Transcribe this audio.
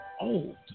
old